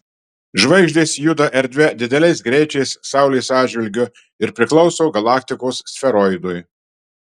žvaigždės juda erdve dideliais greičiais saulės atžvilgiu ir priklauso galaktikos sferoidui